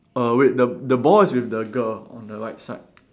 err wait the the ball is with the girl on the right side